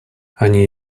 они